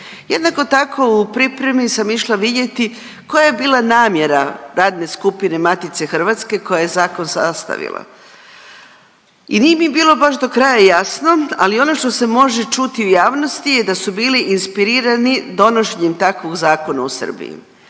Jednako tako, u pripremi sam išla vidjeti koja je bila namjera radne skupine Matice hrvatske koja je zakon sastavila i nije mi bilo baš do kraja jasno, ali ono što se može čuti u javnosti je da su bili inspirirani donošenjem takvog zakona u Srbiji